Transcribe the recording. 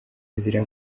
azira